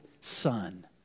son